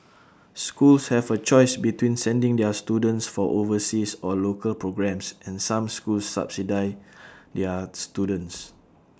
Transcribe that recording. schools have A choice between sending their students for overseas or local programmes and some schools subsidise their students